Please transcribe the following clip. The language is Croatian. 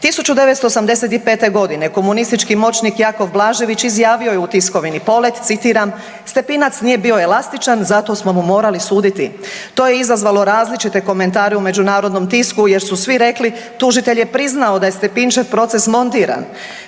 1985. g. komunistički moćnik Jakov Blažević izjavio je u tiskovini Polet, citiram, Stepinac nije bio elastičan, zato smo mu morali suditi. To je izazvalo različite komentare u međunarodnom tisku jer su svi rekli, tužitelj je priznao da je Stepinčev proces montiran.